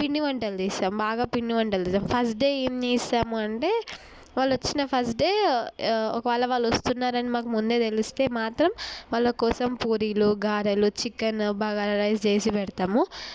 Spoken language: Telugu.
పిండి వంటలు చేస్తాము బాగా పిండి వంటలు చేస్తాము ఫస్ట్ డే ఏం చేస్తాము అంటే వాళ్ళు వచ్చిన ఫస్ట్ డే ఒకవేళ వాళ్ళు వస్తున్నారని మాకు ముందే తెలిస్తే మాత్రం వాళ్ళ కోసం పూరీలు గారెలు చికెన్ బగారా రైస్ చేసి పెడతాము